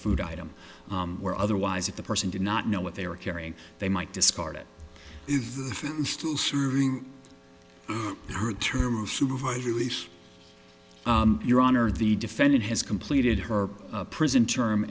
food item or otherwise if the person did not know what they were carrying they might discard it is still serving her term or supervise release your honor the defendant has completed her prison term